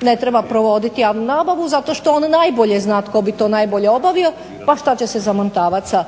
ne treba provoditi javnu nabavu zato što on najbolje zna tko bi to najbolje obavio pa šta će se zamantavat sa